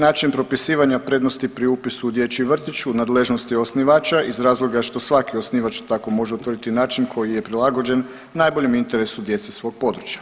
Način propisivanja prednosti pri upisu u dječji vrtić u nadležnosti je osnivača iz razloga što svaki osnivač tako može utvrditi način koji je prilagođen najboljem interesu djece svog područja.